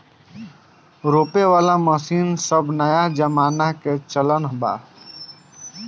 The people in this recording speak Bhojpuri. रोपे वाला मशीन सब नया जमाना के चलन बा